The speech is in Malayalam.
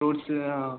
ഫ്രൂട്ട്സ് ആ ആ